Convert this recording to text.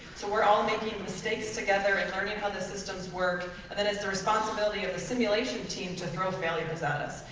so we're all making mistakes together and learning how the systems work and then it's the responsibility of the simulation team to throw failures at us.